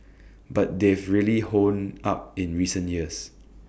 but they've really honed up in recent years